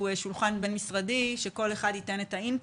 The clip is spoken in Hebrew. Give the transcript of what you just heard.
שולחן בין-משרדי שכל אחד ייתן את האינפוט.